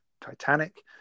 titanic